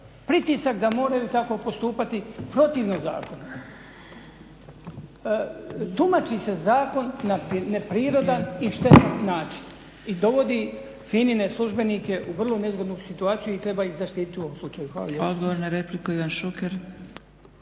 pritisak da moraju tako postupati protivno zakonu. Tumači se zakon na neprirodan i štetan način i dovodi FINA-ine službenike u vrlo nezgodnu situaciju i treba ih zaštititi u ovom slučaju. Hvala lijepa. **Zgrebec,